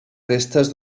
restes